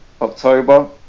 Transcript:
October